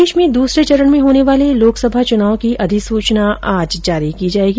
प्रदेश में दूसरे चरण में होने वाले लोकसभा चूनाव की अधिसूचना आज जारी की जायेगी